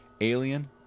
Alien